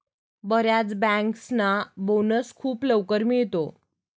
बर्याच बँकर्सना बोनस खूप लवकर मिळतो